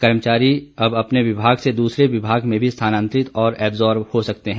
कर्मचारी अब अपने विभाग से दूसरे विभाग में भी स्थानातंरित और एब्जोर्ब हो सकते है